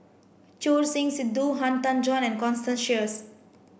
Choor Singh Sidhu Han Tan Juan and Constance Sheares